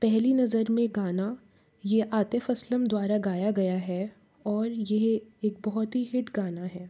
पहली नज़र में गाना ये आतिफ़ असलम द्वारा गाया गया है और यह एक बहुत ही हिट गाना है